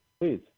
please